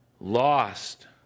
lost